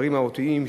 דברים מהותיים,